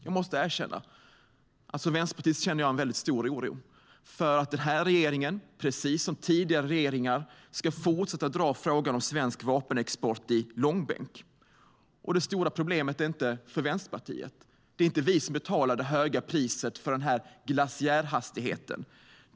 Jag måste erkänna att jag som vänsterpartist känner en väldigt stor oro för att den här regeringen, precis som tidigare regeringar, ska fortsätta dra frågan om svensk vapenexport i långbänk. Det stora problemet är inte Vänsterpartiets. Det är inte vi som betalar det höga priset för denna glaciärhastighet.